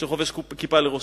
שחובש כיפה לראשו,